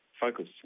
focus